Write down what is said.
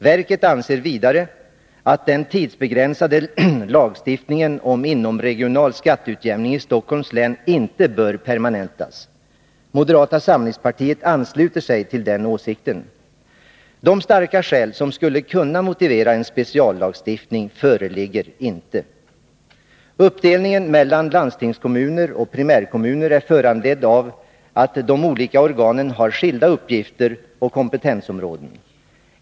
Verket anser att den tidsbegränsade lagstiftningen om inomregional skatteutjämning i Stockholms län inte bör permanentas. Moderata samlingspartiet ansluter sig till denna åsikt. De starka skäl som skulle kunna motivera en speciallagstiftning föreligger inte. Uppdelningen mellan landstingskommuner och primärkommuner är föranledd av att de olika organen har skilda uppgifter och kompetensområden.